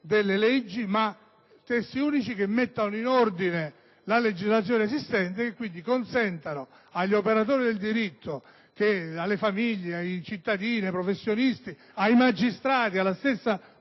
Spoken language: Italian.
delle leggi ma che mettano in ordine la legislazione esistente e quindi consentano agli operatori del diritto, alle famiglie, ai cittadini, ai professionisti, ai magistrati ed alla stessa